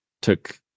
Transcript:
took